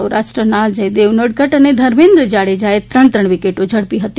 સૌરાષ્ટ્રના જયદેવ ઉનડકર અને ધર્મેન્દ્ર જાડેજાએ ત્રણ વિકેટો ઝડપી હતી